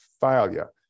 failure